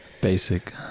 basic